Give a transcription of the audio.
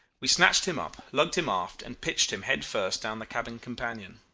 we snatched him up, lugged him aft, and pitched him head-first down the cabin companion.